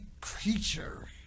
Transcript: creature